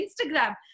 Instagram